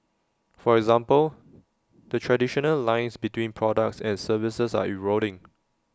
for example the traditional lines between products and services are eroding